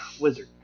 wizard